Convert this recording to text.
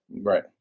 right